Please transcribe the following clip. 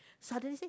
suddenly say